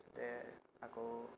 যাতে আকৌ